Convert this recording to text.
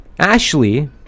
Ashley